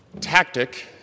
tactic